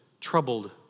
Troubled